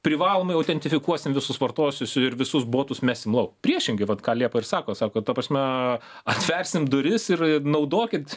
privalomai autentifikuosim visus vartojusius ir visus botus mesim lauk priešingai vat ką liepa ir sako sako ta prasme atversim duris ir naudokit